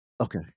Okay